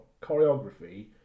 choreography